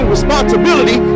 responsibility